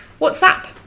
WhatsApp